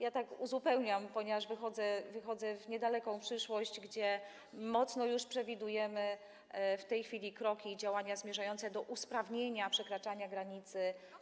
Ja tak to uzupełniam, ponieważ wybiegam w niedaleką przyszłość, w której mocno już przewidujemy w tej chwili kroki i działania zmierzające do usprawnienia przekraczania granicy.